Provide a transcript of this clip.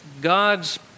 God's